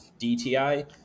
DTI